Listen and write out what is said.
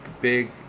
big